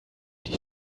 die